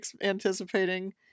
anticipating